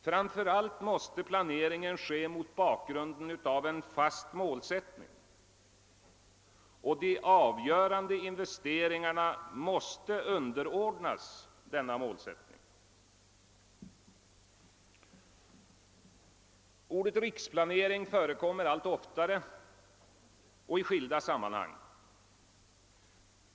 Framför allt måste planeringen ske mot bakgrunden av en fast målsättning, och de avgörande investeringarna måste underordnas denna målsättning. Ordet riksplanering förekommer allt oftare och i skilda sammanhang.